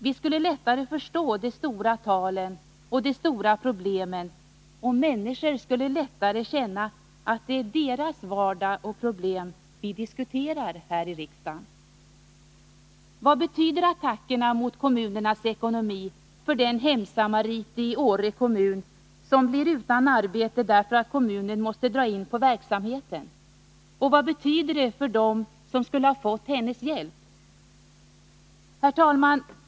Vi skulle lättare förstå de stora talen och de stora problemen, och människor skulle lättare känna att det är deras vardag och problem vi diskuterar här i riksdagen. Vad betyder attackerna mot kommunernas ekonomi för den hemsamarit i Åre kommun som blir utan arbete därför att kommunen måste dra in på verksamheten, och vad betyder de för dem som skulle ha fått hennes hjälp? Herr talman!